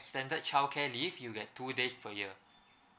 standard childcare leave you get two days per year